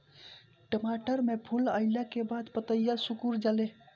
टमाटर में फूल अईला के बाद पतईया सुकुर जाले?